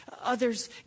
Others